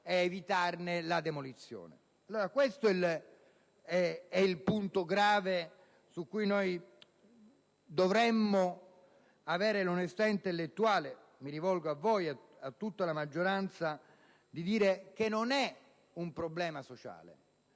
per evitarne la demolizione. È questo l'aspetto grave su cui si dovrebbe avere l'onestà intellettuale - mi rivolgo a tutta la maggioranza - di dire che non è un problema sociale.